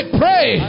pray